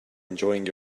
enjoying